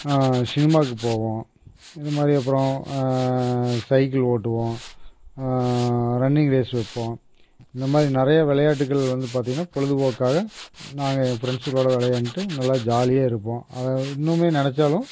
சினிமாவுக்கு போவோம் இந்தமாதிரி அப்புறோம் சைக்கிள் ஓட்டுவோம் ரன்னிங் ரேஸ் வைப்போம் இந்தமாதிரி நிறையா விளையாட்டுகள் வந்து பார்த்திங்கன்னா பொழுதுபோக்காக நாங்கள் ஃப்ரெண்ட்ஸுகளோட விளையாண்டுகிட்டு நல்லா ஜாலியாக இருப்போம் அதை இன்னமே நினச்சாலும்